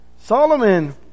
Solomon